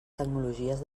tecnologies